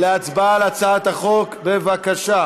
אתה יודע שצה"ל עומד מאחורי כל סעיף שאני עומד לשים בפניכם.